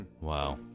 Wow